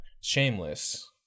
Shameless